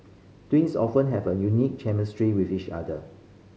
twins often have a unique chemistry with each other